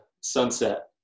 sunset